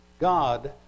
God